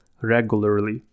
regularly